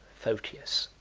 photius.